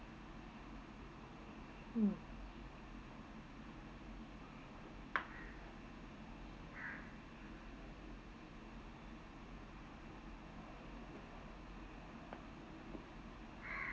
mm